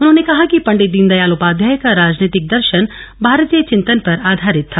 उन्होंने कहा कि पंडित दीनदयाल उपाध्याय का राजनीतिक दर्शन भारतीय चिंतन पर आधारित था